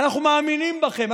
אנחנו מאמינים בכם,